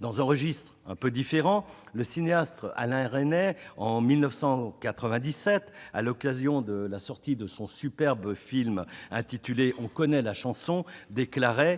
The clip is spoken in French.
Dans un registre un peu différent, le cinéaste Alain Resnais déclarait en 1997, à l'occasion de la sortie de son superbe film intitulé, que « les chansons constituent